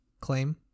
claim